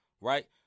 right